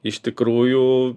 iš tikrųjų